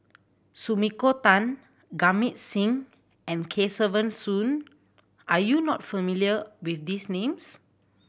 Sumiko Tan Singh and Kesavan Soon are you not familiar with these names